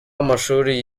amashuri